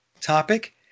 topic